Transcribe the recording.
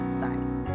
size